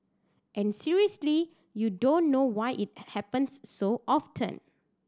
and seriously you don't know why it happens so often